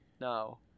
No